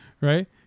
right